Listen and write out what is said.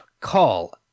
call